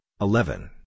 eleven